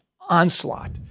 onslaught